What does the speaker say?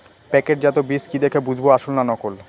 প্যাকেটজাত বীজ কি দেখে বুঝব আসল না নকল?